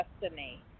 destiny